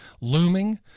looming